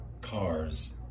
cars